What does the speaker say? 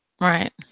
Right